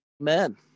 amen